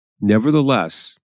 nevertheless